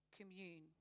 commune